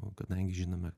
o kadangi žinome